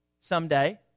someday